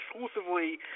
exclusively